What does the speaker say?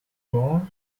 grand